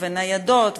ניידות,